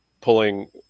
pulling